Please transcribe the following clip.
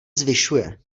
zvyšuje